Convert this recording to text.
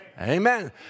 Amen